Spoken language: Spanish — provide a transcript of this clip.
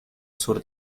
sur